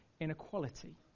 inequality